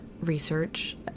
research